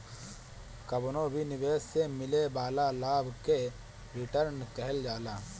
कवनो भी निवेश से मिले वाला लाभ के रिटर्न कहल जाला